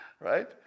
Right